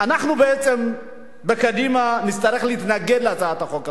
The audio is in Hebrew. אנחנו בקדימה בעצם נצטרך להתנגד להצעת החוק הזאת,